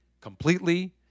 completely